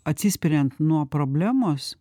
atsispiriant nuo problemos